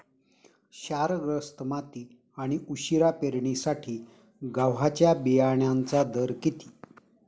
क्षारग्रस्त माती आणि उशिरा पेरणीसाठी गव्हाच्या बियाण्यांचा दर किती?